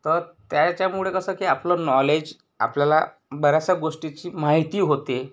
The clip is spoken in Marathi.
तर त्या याच्यामुळे कसं की आपलं नॉलेज आपल्याला बऱ्याचशा गोष्टीची माहिती होते